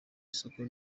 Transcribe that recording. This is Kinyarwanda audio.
isoko